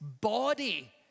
body